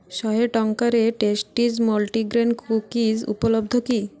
ଶହେ ଟଙ୍କାରେ Tasties multigrain cookies ଉପଲବ୍ଧ କି